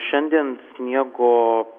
šiandien sniego